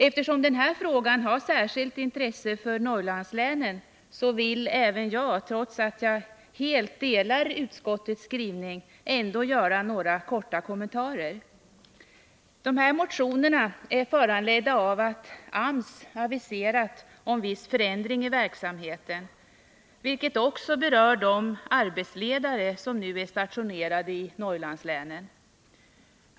Eftersom frågan har särskilt intresse för Norrlandslänen vill även jag, trots att jag helt står bakom utskottets skrivning, ändå göra några korta kommentarer. Motionerna i frågan är föranledda av att AMS aviserat en viss förändring i verksamheten, vilket berör också de arbetsledare som nu är stationerade i Norrlandslänen.